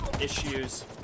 issues